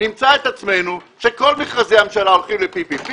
נמצא את עצמנו במצב שכל מכרזי הממשלה הולכים ל-PPP